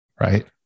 right